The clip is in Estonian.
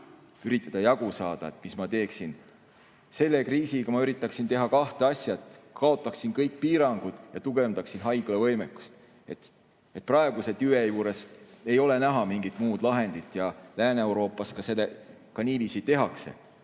üritada jagu saada? Mis ma teeksin? Selle kriisiga ma üritaksin teha kahte asja: kaotaksin kõik piirangud ja tugevdaksin haiglavõimekust. Praeguse tüve juures ei ole näha mingit muud lahendit ja Lääne-Euroopas ka niiviisi tehakse.